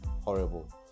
horrible